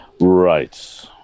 Right